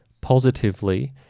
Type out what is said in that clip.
positively